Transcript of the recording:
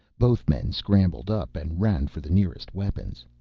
both men scrambled up and ran for the nearest weapons.